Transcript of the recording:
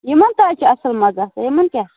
یِمَن تہِ چھِ اَصٕل مَزٕ آسان یِمَن کیٛاہ چھُ